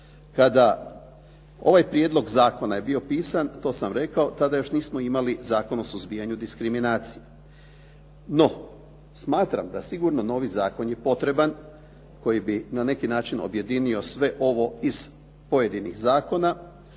Kada ovaj prijedlog zakona je bio pisan to sam rekao kada još nismo imali Zakon o suzbijanju diskriminacije. No, smatram da sigurno novi zakon je potreban koji bi na neki način objedinio sve ovo iz pojedinih zakona.